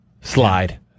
Slide